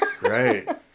Right